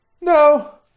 No